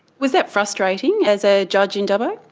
was that frustrating as a judge in dubbo?